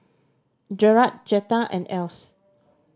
Jerrad Jetta and Else